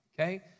okay